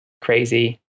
crazy